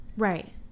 Right